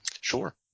Sure